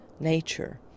nature